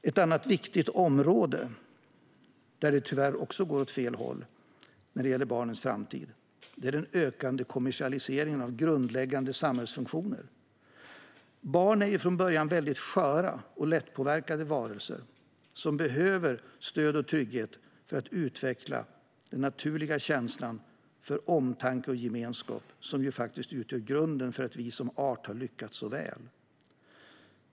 Ett annat viktigt område där det tyvärr också går åt fel håll när det gäller barnens framtid är den ökande kommersialiseringen av grundläggande samhällsfunktioner. Barn är från början väldigt sköra och lättpåverkade varelser, som behöver stöd och trygghet för att utveckla den naturliga känsla för omtanke och gemenskap som utgör grunden för att vi som art har lyckats så väl.